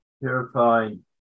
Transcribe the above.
purifying